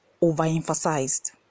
overemphasized